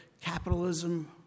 capitalism